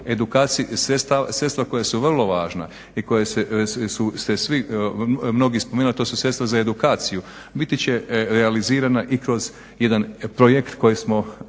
sredstva koja su vrlo važna i koja se svi, mnogi spomenuli, to su sredstva za edukaciju, biti će realizirana i kroz jedan projekt koji smo,